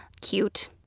cute